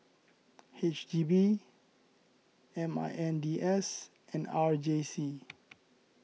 H D B M I N D S and R J C